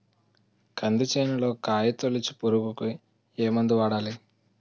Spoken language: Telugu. కంది చేనులో కాయతోలుచు పురుగుకి ఏ మందు వాడాలి?